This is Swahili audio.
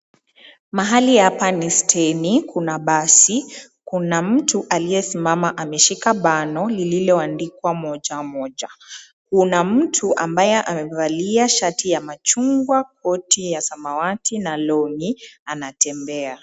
Mahali hapa ni steni. Kuna basi, kuna mtu aliyesimama ameshika bango lililoandikwa moja moja. Kuna mtu ambaye amevalia shati ya machungwa, koti ya samawati na long'i anatembea.